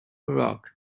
rock